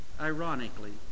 Ironically